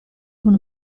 con